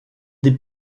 des